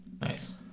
nice